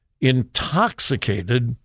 intoxicated